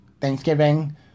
Thanksgiving